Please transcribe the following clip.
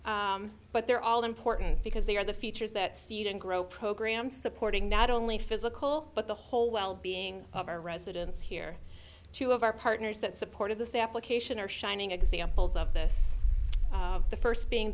list but they're all important because they are the features that seed and grow programs supporting not only physical but the whole well being of our residents here two of our partners that support of the say application are shining examples of this the first being